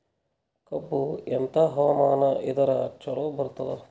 ಕಬ್ಬು ಎಂಥಾ ಹವಾಮಾನ ಇದರ ಚಲೋ ಬರತ್ತಾದ?